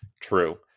true